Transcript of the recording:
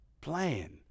Plan